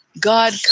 God